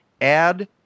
add